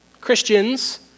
Christians